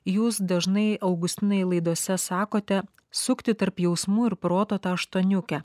jūs dažnai augustinai laidose sakote sukti tarp jausmų ir proto tą aštuoniukę